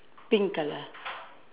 pink colour